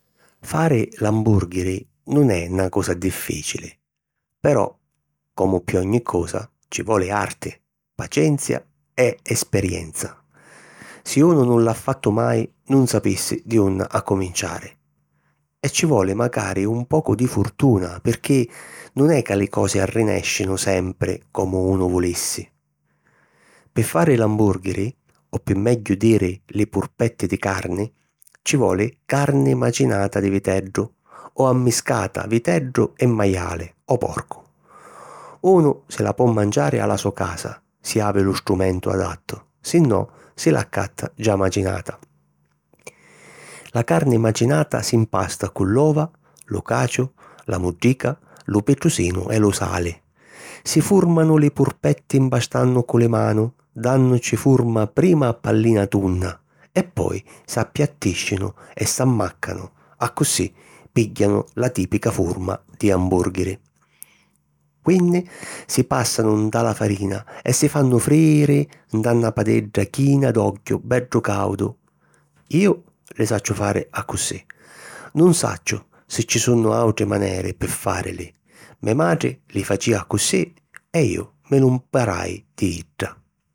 Fari l'ambùrghiri nun è na cosa diffìcili; però, comu pi ogni cosa, ci voli arti, pacenzia e esperienza; si unu nun nn'ha fattu mai, nun sapissi di unni accuminciari. E ci voli macari un pocu di furtuna picchì nun è ca li cosi arrinèscinu sempri comu unu vulissi! Pi fari l'ambùrghiri, o pi megghiu diri li purpetti di carni, ci voli carni macinata di viteddu o ammiscata viteddu e maiali, o porcu. Unu si la po manciari a la so casa, si havi lu strumentu adattu, sinnò si l'accatta già macinata. La carni macinata s'impasta cu l'ova, lu caciu, la muddica, lu pitrusinu e lu sali. Si fùrmanu li purpetti mpastannu cu li manu, dànnuci furma prima a pallina tunna e poi s'appiattìscinu e s'ammàccanu, accussì pìgghianu la tìpica furma di ambùrghiri. Quinni si pàssanu nta la farina e si fannu frìjiri nta na padedda china d'ogghiu beddu càudu. Iu li sacciu fari accussì. Nun sacciu si ci sunnu àutri maneri pi fàrili. Me matri li facìa accussì e iu mi lu mparai di idda.